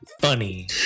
Funny